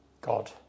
God